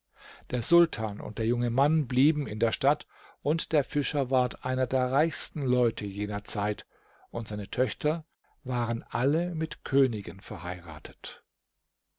der sultan und der junge mann blieben in der stadt und der fischer ward einer der reichsten leute jener zeit und seine töchter waren alle mit königen verheiratet